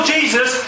Jesus